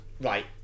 Right